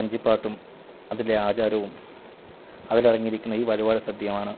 വഞ്ചി പാട്ടും അതിലെ ആചാരവും അതിലടങ്ങിയിരിക്കുന്ന ഈ വഴിപാട് സദ്യയുമാണ്